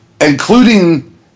including